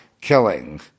killing